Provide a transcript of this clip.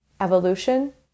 evolution